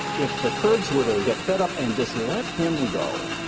if the kurds were to get fed up and just let him go,